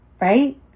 right